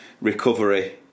recovery